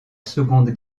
seconde